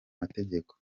mategeko